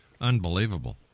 unbelievable